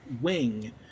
wing